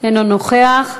אינו נוכח.